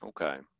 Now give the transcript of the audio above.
Okay